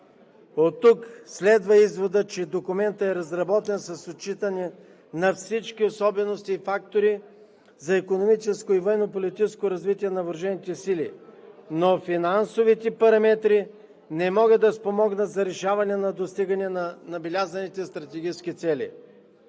Оттук следва изводът, че документът е разработен с отчитане на всички особености и фактори за икономическо и военно политическо развитие на въоръжените сили, но финансовите параметри не могат да спомогнат за решаване на достигане на набелязаните стратегически цели.